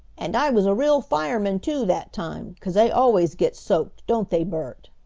and i was a real fireman too, that time, cause they always get soaked don't they, bert?